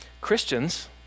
Christians